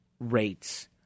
Rates